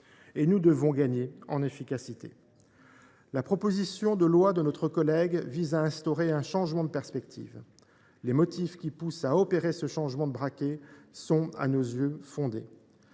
Nous devons gagner en efficacité à cet égard. La proposition de loi de notre collègue vise à instaurer un changement de perspective. Les motifs qui poussent à changer de braquet sont à nos yeux fondés.